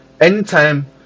anytime